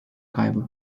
kaybı